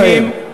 נא לסיים.